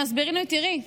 הם מסבירים לי: תראי,